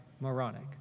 moronic